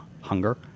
hunger